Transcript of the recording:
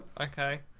Okay